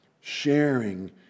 sharing